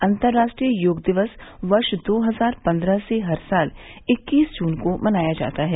अंतर्राष्ट्रीय योग दिवस वर्ष दो हजार पन्द्रह से हर साल इक्कीस जून को मनाया जाता है